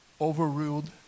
overruled